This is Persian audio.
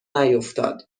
نیفتاد